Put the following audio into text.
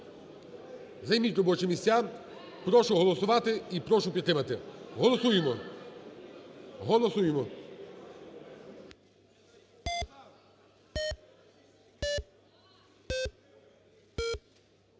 Займіть робочі місця. Прошу голосувати і прошу підтримати. Голосуємо. (Шум